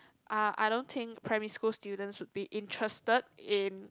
I I don't think primary school students would be interested in